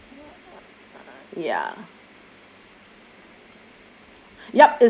ya